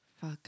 Fuck